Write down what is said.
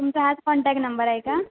तुमचा हाच contact number आहे का